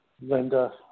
Linda